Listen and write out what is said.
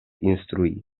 instrui